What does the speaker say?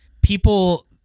people